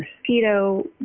mosquito